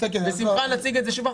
בשמחה נציג את זה שוב.